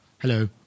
Hello